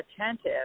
attentive